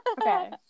Okay